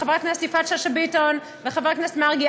חברת הכנסת יפעת שאשא ביטון וחבר הכנסת מרגי,